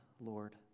Lord